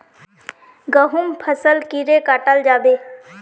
गहुम फसल कीड़े कटाल जाबे?